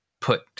put